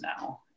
now